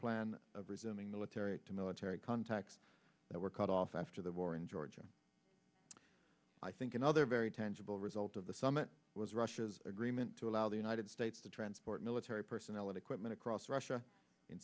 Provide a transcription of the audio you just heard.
plan of resuming military to military contacts that were cut off after the war in georgia i think another very tangible result of the summit was russia's agreement to allow the united states to transport military personnel and equipment across russia in